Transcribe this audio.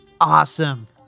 awesome